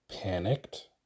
panicked